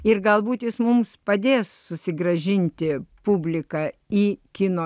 ir galbūt jis mums padės susigrąžinti publiką į kino